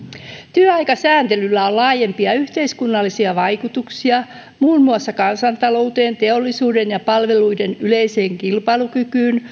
työaikasääntelyllä on laajempia yhteiskunnallisia vaikutuksia muun muassa kansantalouteen teollisuuden ja palveluiden yleiseen kilpailukykyyn